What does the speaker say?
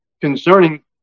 concerning